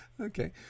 Okay